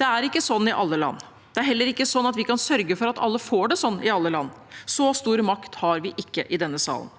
Det er ikke sånn i alle land. Det er heller ikke sånn at vi kan sørge for at alle får det sånn i alle land. Så stor makt har vi ikke i denne salen,